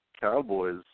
Cowboys